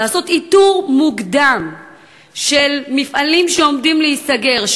לעשות איתור מוקדם של מפעלים שעומדים להיסגר,